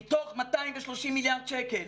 מתוך 230 מיליארד שקל